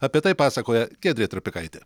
apie tai pasakoja giedrė trapikaitė